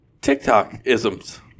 TikTok-isms